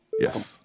Yes